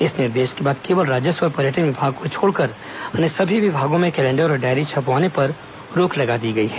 इस निर्देश के बाद केवल राजस्व और पर्यटन विभाग को छोड़कर अन्य सभी विभागों में कैडेण्डर और डायरी छपवाने पर रोक लगा दी गई है